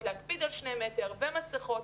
להקפיד על שני מטרים ועל עטיית מסכות,